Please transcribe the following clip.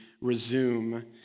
resume